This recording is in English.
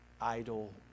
Idle